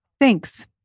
Thanks